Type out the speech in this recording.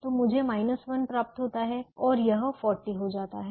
तो मुझे 1 प्राप्त होता है और यह 40 हो जाता है